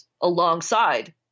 alongside